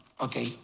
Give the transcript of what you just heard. okay